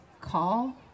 call